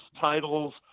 titles